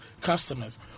customers